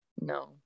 no